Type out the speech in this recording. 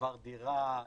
מעבר דירה,